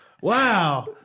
Wow